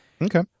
Okay